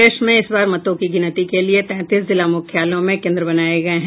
प्रदेश में इस बार मतों की गिनती के लिए तैंतीस जिला मुख्यालयों में केन्द्र बनाये गये हैं